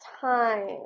time